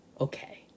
okay